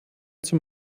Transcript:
zum